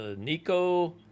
Nico